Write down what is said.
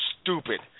stupid